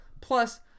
Plus